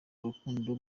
urukundo